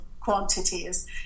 quantities